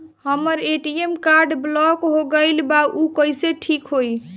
हमर ATM card block हो गईल बा ऊ कईसे ठिक होई?